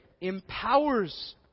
empowers